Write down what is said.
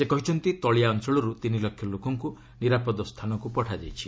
ସେ କହିଛନ୍ତି ତଳିଆ ଅଞ୍ଚଳରୁ ତିନି ଲକ୍ଷ ଲୋକଙ୍କୁ ନିରାପଦ ସ୍ଥାନକୁ ପଠାଯାଇଛି